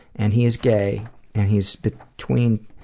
and he's gay and he's between